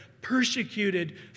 persecuted